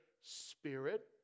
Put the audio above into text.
spirit